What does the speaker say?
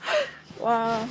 !wow!